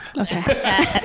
Okay